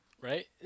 Right